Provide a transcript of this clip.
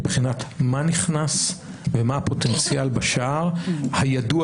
מבחינת מה נכנס ומה הפוטנציאל בשער הידוע